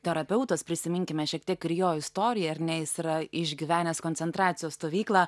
terapeutas prisiminkime šiek tiek ir jo istoriją ar ne jis yra išgyvenęs koncentracijos stovyklą